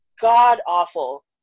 god-awful